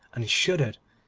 and shuddered.